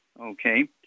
okay